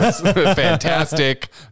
fantastic